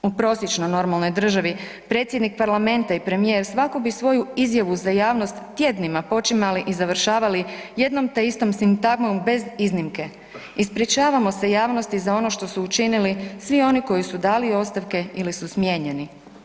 U prosječnoj normalnoj državi predsjednik Parlamenta i premijer svako bi svoju izjavu za javnost tjednima počimali i završavali jednom te istom sintagmom bez iznimke, ispričavamo se javnosti za ono što su učinili svi oni koji su dali ostavke ili su smijenjeni.